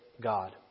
God